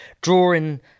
drawing